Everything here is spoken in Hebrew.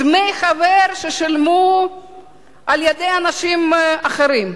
דמי חבר ששולמו על-ידי אנשים אחרים.